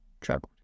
troubled